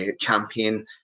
champion